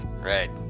Right